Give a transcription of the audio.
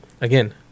again